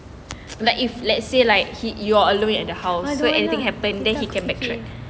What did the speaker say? like if let's say like he you are alone in the house so anything happen then he can backtrack